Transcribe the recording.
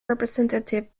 representative